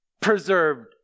preserved